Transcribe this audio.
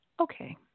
Okay